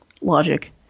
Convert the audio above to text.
logic